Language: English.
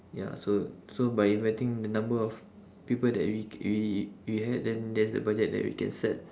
ya so so by inviting the number of people that we c~ we we had then that's the budget that we can set